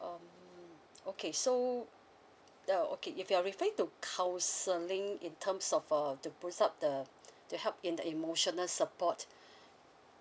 um okay so uh okay if you're referring to counseling in terms of uh to boost up the to help in the emotional support